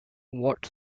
wart